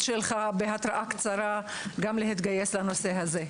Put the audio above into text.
שלך בהתראה קצרה להתגייס לנושא הזה.